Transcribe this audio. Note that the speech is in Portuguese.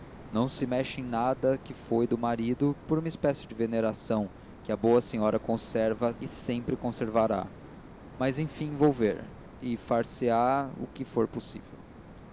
não se mexe em nada que foi do marido por uma espécie de veneração que a boa senhora conserva e sempre conservará mas enfim vou ver e far se á o que for possível